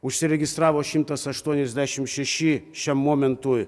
užsiregistravo šimtas aštuoniasdešim šeši šiam momentui